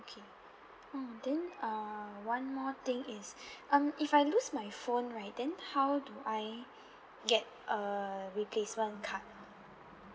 okay mm then uh one more thing is um if I lose my phone right then how do I get a replacement card